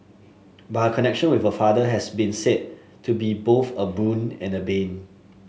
but her connection with her father has been said to be both a boon and a bane